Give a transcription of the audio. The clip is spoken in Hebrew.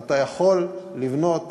אתה יכול לבנות